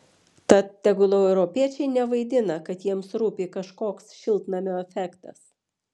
tad tegul europiečiai nevaidina kad jiems rūpi kažkoks šiltnamio efektas